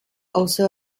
also